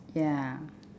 ya